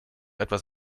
etwas